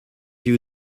you